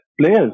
players